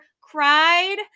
Cried